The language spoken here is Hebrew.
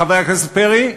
חבר הכנסת פרי?